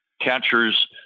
Catchers